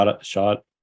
shot